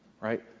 right